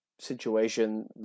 situation